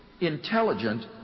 intelligent